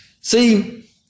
See